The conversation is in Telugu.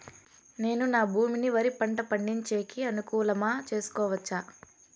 నేను నా భూమిని వరి పంట పండించేకి అనుకూలమా చేసుకోవచ్చా?